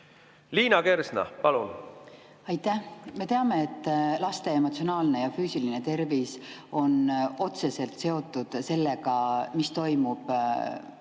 Liina Kersna, palun! Aitäh! Me teame, et laste emotsionaalne ja füüsiline tervis on otseselt seotud sellega, mis toimub